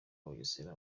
bugesera